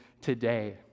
today